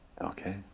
Okay